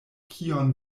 kion